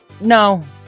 no